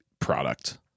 product